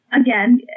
again